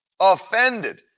offended